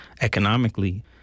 economically